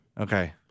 Okay